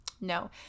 No